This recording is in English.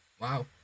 Wow